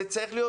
זה צריך להיות